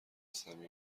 صمیمی